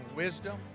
wisdom